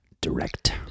direct